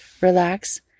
relax